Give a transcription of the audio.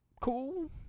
cool